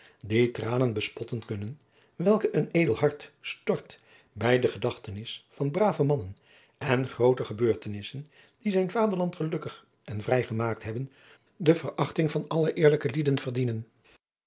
die tranen bespotten kunnen welke een edel hart stort bij de gedachtenis van brave mannen en groote gebeurtenisfen die zijn vaderland gelukkig en vrij gemaakt hebben de verachting van alle eerlijke lieden verdienen